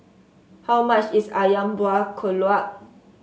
how much is ayam Buah Keluak